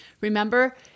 Remember